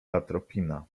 atropina